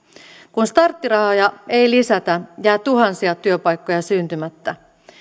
kun starttirahoja ei lisätä jää tuhansia työpaikkoja syntymättä